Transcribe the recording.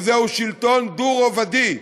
וזהו שלטון דו-רובדי,